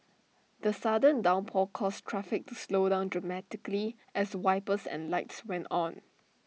the sudden downpour caused traffic to slow down dramatically as wipers and lights went on